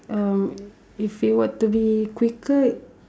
uh if it were to be quicker